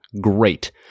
great